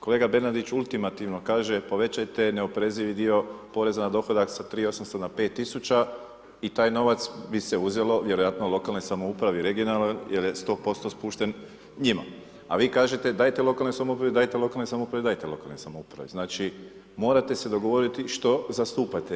Kolega Bernardić ultimativno kaže povećajte neoporezivi dio poreza na dohodak sa 3.800 na 5.000 i taj novac bi se uzelo vjerojatno lokalnoj samoupravi regionalnoj jel je 100% spušten njima, a vi kažete dajte lokalnoj samoupravi, dajte lokalnoj samoupravi, dajte lokalnoj samoupravi, znači morate se dogovoriti što zastupate.